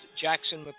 Jackson